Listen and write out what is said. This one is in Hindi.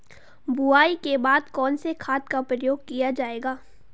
बुआई के बाद कौन से खाद का प्रयोग किया जायेगा?